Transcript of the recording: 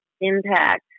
impact